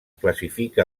classifica